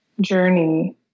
journey